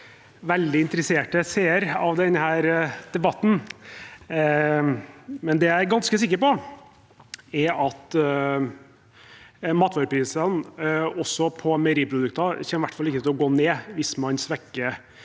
veldig interesserte seer av denne debatten. Det jeg er ganske sikker på, er at matvareprisene, også på meieriprodukter, i hvert fall ikke kommer til å gå ned hvis man svekker